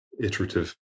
iterative